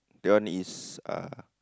that one is uh